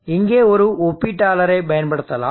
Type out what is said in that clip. இங்கே ஒரு ஒப்பிட்டாளரை பயன்படுத்தலாம்